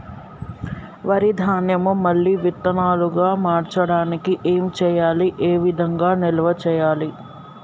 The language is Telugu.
వరి ధాన్యము మళ్ళీ విత్తనాలు గా మార్చడానికి ఏం చేయాలి ఏ విధంగా నిల్వ చేయాలి?